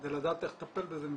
כדי לדעת איך לטפל בזה.